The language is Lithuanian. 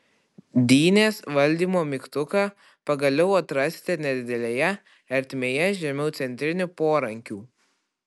dynės valdymo mygtuką pagaliau atrasite nedidelėje ertmėje žemiau centrinių porankių